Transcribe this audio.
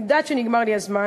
אני יודעת שנגמר לי הזמן,